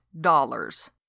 dollars